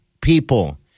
people